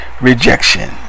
rejection